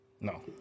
No